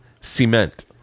cement